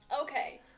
Okay